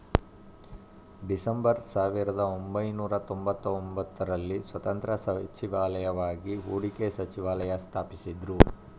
December ಸಾವಿರದಒಂಬೈನೂರ ತೊಂಬತ್ತಒಂಬತ್ತು ರಲ್ಲಿ ಸ್ವತಂತ್ರ ಸಚಿವಾಲಯವಾಗಿ ಹೂಡಿಕೆ ಸಚಿವಾಲಯ ಸ್ಥಾಪಿಸಿದ್ದ್ರು